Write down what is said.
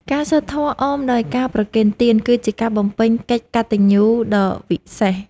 ការសូត្រធម៌អមដោយការប្រគេនទាន គឺជាការបំពេញកិច្ចកតញ្ញូដ៏វិសេស។